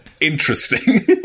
Interesting